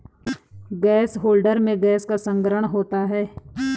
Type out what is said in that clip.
gas holder में gas का संग्रहण होता है